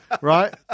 Right